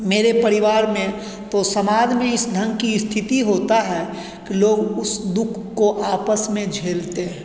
मेरे परिवार में तो समाज में इस ढंग की स्थिति होता है कि लोग उस दुख को आपस में झेलते हैं